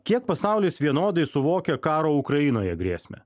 kiek pasaulis vienodai suvokia karo ukrainoje grėsmę